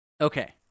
okay